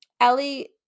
Ellie